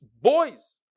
boys